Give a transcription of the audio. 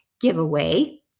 giveaway